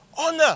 honor